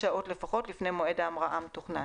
שעות לפחות לפני מועד ההמראה המתוכנן,